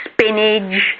spinach